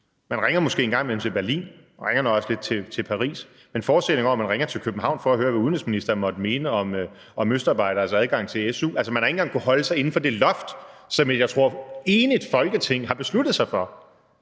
Man ringer måske en gang imellem til Berlin og ringer nok også lidt til Paris, men forestillingen om, at man ringer til København for at høre, hvad udenrigsministeren måtte mene om østarbejderes adgang til su? Altså, man har ikke engang kunnet holde sig inden for det loft, som jeg tror et enigt Folketing har besluttet sig for,